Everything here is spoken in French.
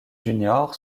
junior